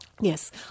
Yes